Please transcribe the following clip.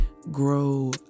grow